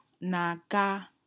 naga